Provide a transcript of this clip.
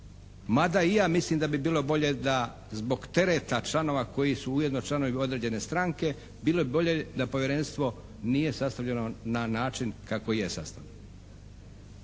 Mada i ja mislim da bi bilo bolje da zbog tereta članova koji su ujedno članovi određene stranke bilo bi bolje da Povjerenstvo nije sastavljeno na način kako je sastavljeno.